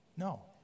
No